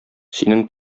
синең